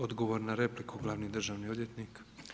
Odgovor na repliku glavni državni odvjetnik.